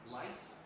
life